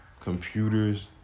computers